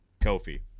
Kofi